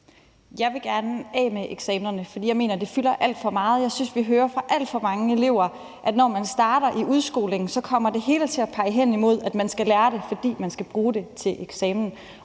Jeg vil gerne af med eksamenerne, fordi jeg mener, det fylder alt for meget. Jeg synes, vi hører fra alt for mange elever, at når man starter i udskolingen, kommer det hele til at pege hen imod, at man skal lære det, fordi man skal bruge det til eksamen.